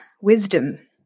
wisdom